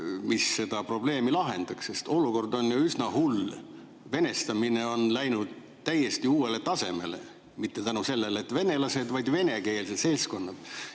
mis seda probleemi lahendaks. Olukord on üsna hull. Venestamine on läinud täiesti uuele tasemele, mitte tänu sellele, et [meil on] venelased, vaid venekeelsed seltskonnad.